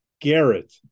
Garrett